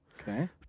Okay